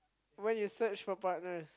when you search for partners